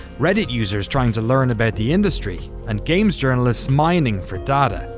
reddit users trying to learn about the industry, and games journalists mining for data.